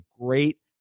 great